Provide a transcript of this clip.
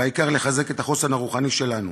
והעיקר, לחזק את החוסן הרוחני שלנו,